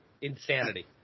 Insanity